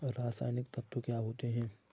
रसायनिक तत्व क्या होते हैं?